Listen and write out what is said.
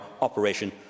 operation